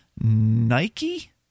Nike